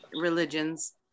religions